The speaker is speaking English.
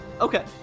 Okay